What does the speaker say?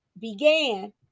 began